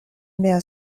mia